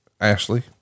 Ashley